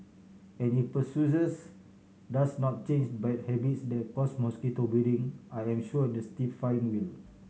and if persuasions does not change bad habits that cause mosquito breeding I am sure a stiff fine will